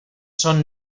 son